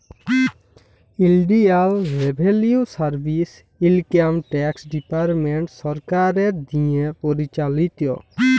ইলডিয়াল revenue service income tax department সরকারের দিঁয়ে পরিচালিত